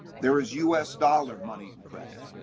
there is us dollar money and credit.